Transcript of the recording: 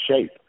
shape